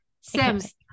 Sims